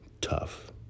Tough